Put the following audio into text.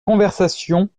conversation